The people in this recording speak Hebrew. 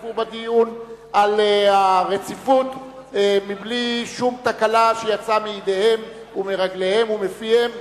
שהשתתפו בדיון על הרציפות מבלי שום תקלה שיצאה מידיהם ומרגליהם ומפיהם.